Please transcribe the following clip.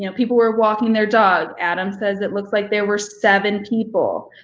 you know people were walking their dog. adam says it looks like there were seven people.